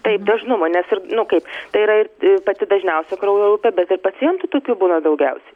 taip dažnumo nes ir nu kaip tai yra ir pati dažniausia kraujo grupė bet ir pacientų tokių būna daugiausiai